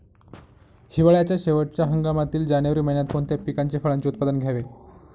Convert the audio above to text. हिवाळ्याच्या शेवटच्या हंगामातील जानेवारी महिन्यात कोणत्या पिकाचे, फळांचे उत्पादन घ्यावे?